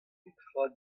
netra